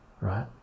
right